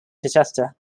chichester